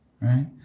right